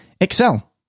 excel